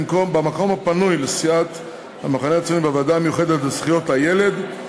במקום הפנוי לסיעת המחנה הציוני בוועדה המיוחדת לזכויות הילד,